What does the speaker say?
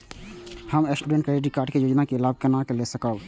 हम student credit card के योजना के लाभ केना लय सकब?